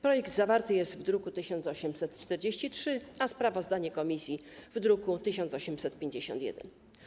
Projekt zawarty jest w druku nr 1843, a sprawozdanie komisji - w druku nr 1851.